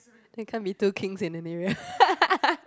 there can't be two kings in an area